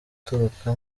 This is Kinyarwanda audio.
aturuka